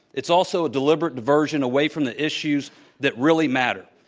it's also a deliberate diversion away from the issues that really matter.